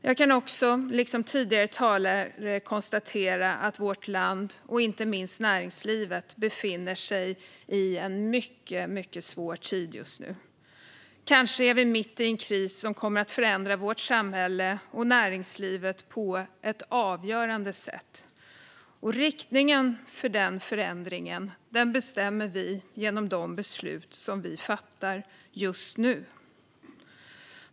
Jag kan liksom tidigare talare konstatera att vårt land och inte minst näringslivet just nu befinner sig i en mycket svår situation. Kanske är vi mitt i en kris som kommer att förändra vårt samhälle och näringslivet på ett avgörande sätt. Riktningen för den förändringen bestämmer vi genom de beslut vi fattar just nu.